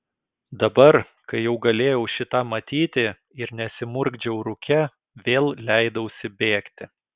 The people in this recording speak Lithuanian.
dabar kai jau galėjau šį tą matyti ir nesimurkdžiau rūke vėl leidausi bėgti